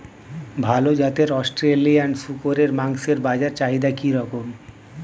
ভাল জাতের অস্ট্রেলিয়ান শূকরের মাংসের বাজার চাহিদা কি রকম?